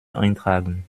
eintragen